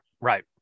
right